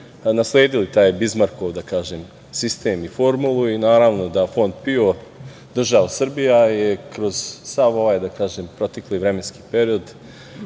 nasledili taj Bizmarkov, da kažem, sistem i formulu pa naravno i Fond PIO i država Srbija je kroz sav ovaj protekli vremenski period